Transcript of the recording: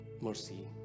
mercy